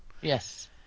Yes